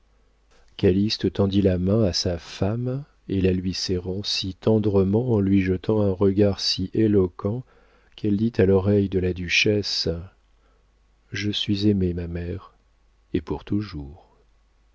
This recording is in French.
calyste tendit la main à sa femme et la lui serra si tendrement en lui jetant un regard si éloquent qu'elle dit à l'oreille de la duchesse je suis aimée ma mère et pour toujours